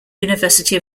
university